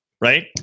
right